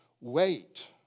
wait